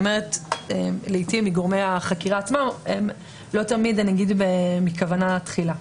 לעיתים מגורמי החקירה עצמה לא תמיד מכוונה תחילה.